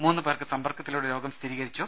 മൂന്ന് പേർക്ക് സമ്പർക്കത്തിലൂടെ രോഗം സ്ഥിരീകരിച്ചു